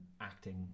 acting